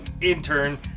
intern